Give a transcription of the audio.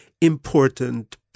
important